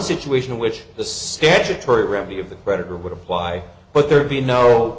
situation in which the statutory remedy of the creditor would apply but there would be no